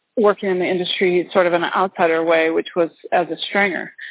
working in the industry, sort of an outsider way, which was as a stringer.